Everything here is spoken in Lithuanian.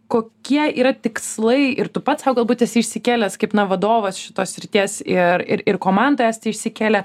kokie yra tikslai ir tu pats sau galbūt esi išsikėlęs kaip na vadovas šitos srities ir ir ir komanda esti išsikėlę